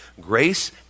Grace